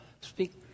speak